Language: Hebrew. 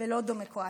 ולא דמוקרטית.